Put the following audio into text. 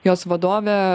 jos vadovė